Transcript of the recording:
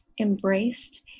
embraced